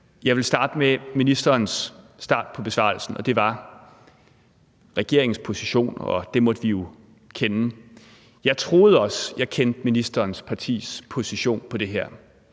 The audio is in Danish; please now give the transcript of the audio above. at sige noget om ministerens start på besvarelsen, og det var det med regeringens position, og at den måtte vi jo kende. Jeg troede også, at jeg kendte ministerens partis position på det her